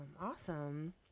awesome